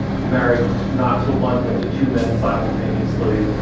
married not to one, but to two men simultaneously.